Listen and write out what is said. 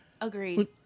agreed